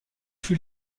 fut